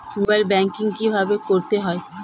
Mobile banking কীভাবে করতে হয়?